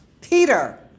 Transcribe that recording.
Peter